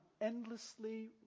endlessly